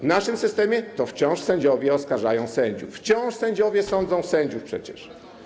W naszym systemie to wciąż sędziowie oskarżają sędziów, wciąż sędziowie sądzą sędziów przecież.